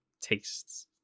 tastes